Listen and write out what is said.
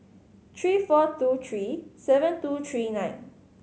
three four two three seven two three nine